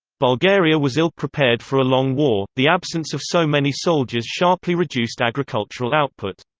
bulgaria was ill-prepared for a long war the absence of so many soldiers sharply reduced agricultural output.